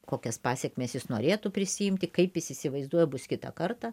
kokias pasekmes jis norėtų prisiimti kaip jis įsivaizduoja bus kitą kartą